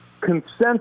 consensus